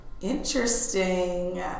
Interesting